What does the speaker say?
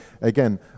again